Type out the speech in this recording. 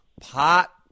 pot